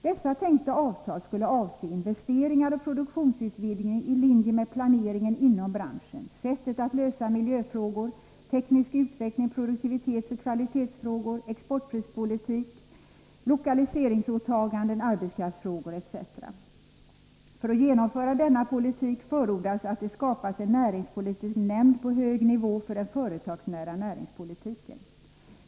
Dessa tänkta avtal skulle avse investeringar och produktionsutvidgning i linje med planeringen inom branschen, sättet att lösa miljöfrågor, den tekniska utvecklingen och produktivitetsoch kvalitetsfrågorna, exportprispolitiken, lokaliseringsåtagandena, arbetskraftsfrågorna etc. För att genomföra denna politik förordas att det skapas en näringspolitisk nämnd på hög nivå för den företagsnära näringspolitiken.